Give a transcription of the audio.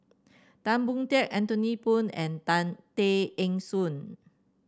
Tan Boon Teik Anthony Poon and Tan Tay Eng Soon